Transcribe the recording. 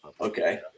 Okay